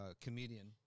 comedian